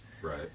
Right